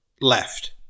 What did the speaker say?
left